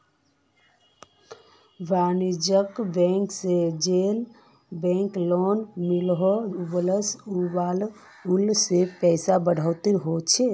वानिज्ज्यिक बैंक से जेल बैंक लोन मिलोह उला से पैसार बढ़ोतरी होछे